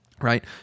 right